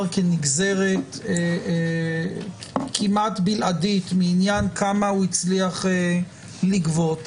כנגזרת כמעט בלעדית מעניין כמה הוא הצליח לגבות,